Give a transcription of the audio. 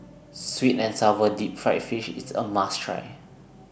Sweet and Sour Deep Fried Fish IS A must Try